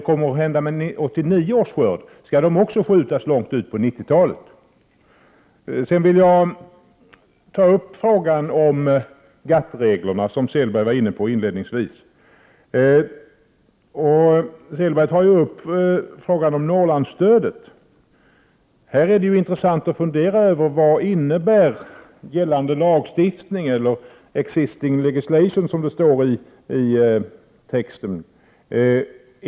Vad kommer att hända med 1989 års skörd? Skall utbetalningen då förskjutas långt in på 90-talet? Sedan vill jag ta upp frågan om GATT-reglerna, som Åke Selberg var inne på inledningsvis. Han berörde ju frågan om Norrlandsstödet. Här är det intressant att fundera över vad gällande lagstiftning — eller existing legislation, som det står i texten — innebär.